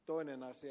toinen asia